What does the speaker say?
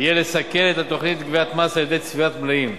יהיה לסכל את התוכנית לגביית מס על-ידי צבירת מלאים.